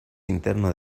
interno